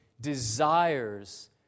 desires